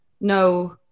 no